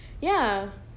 ya